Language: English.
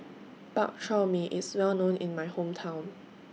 Bak Chor Mee IS Well known in My Hometown